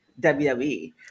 WWE